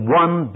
one